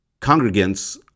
congregants